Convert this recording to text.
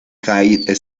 kay